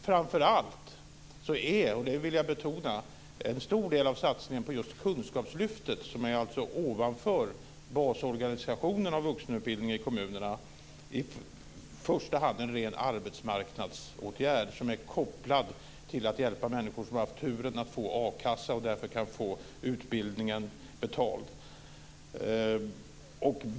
Framför allt är - och det vill jag betona - en stor del av satsningen på Kunskapslyftet, som alltså ligger utanför basorganisationen av vuxenutbildningen i kommunerna, i första hand en ren arbetsmarknadsåtgärd som är kopplad till att hjälpa människor som har haft turen att få a-kassa och som därför kan få utbildningen betald.